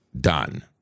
done